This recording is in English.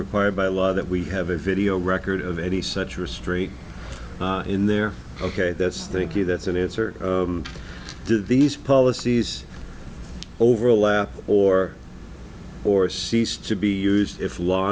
required by law that we have a video record of any such restraint in there ok that's thank you that's an answer to these policies overlap or or cease to be used if law